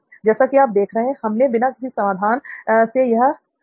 जैसा कि आप देख रहे हैं हमने बिना समाधान के यह कर दिया